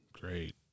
Great